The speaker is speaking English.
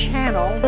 Channel